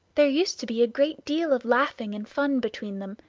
there used to be a great deal of laughing and fun between them,